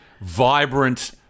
vibrant